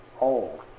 old